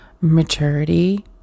maturity